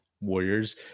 Warriors